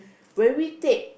when we take